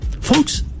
Folks